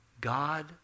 God